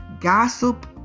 gossip